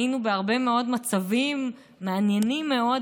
היינו בהרבה מאוד מצבים פוליטיים מעניינים מאוד,